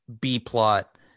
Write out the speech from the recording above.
B-plot